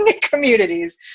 communities